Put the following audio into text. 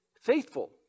faithful